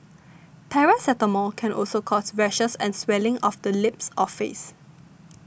paracetamol can also cause rashes and swelling of the lips or face